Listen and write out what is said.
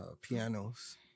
pianos